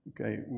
Okay